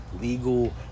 legal